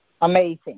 amazing